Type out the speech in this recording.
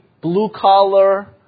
blue-collar